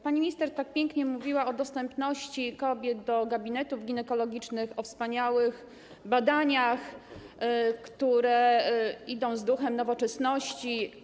Pani minister tak pięknie mówiła o dostępie kobiet do gabinetów ginekologicznych, o wspaniałych badaniach, które idą z duchem nowoczesności.